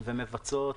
ומבצעות,